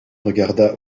regarda